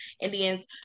Indians